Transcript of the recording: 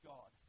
God